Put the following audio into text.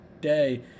day